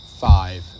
five